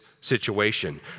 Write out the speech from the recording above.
situation